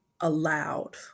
allowed